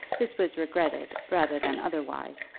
this was regretted, rather than otherwise,